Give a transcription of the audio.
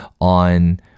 on